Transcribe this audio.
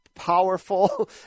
Powerful